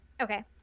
Okay